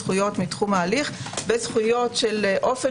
זכויות מתחום ההליך וזכויות של אופן